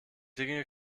dinge